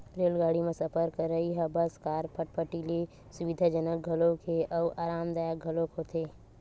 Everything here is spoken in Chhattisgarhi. रेलगाड़ी म सफर करइ ह बस, कार, फटफटी ले सुबिधाजनक घलोक हे अउ अरामदायक घलोक होथे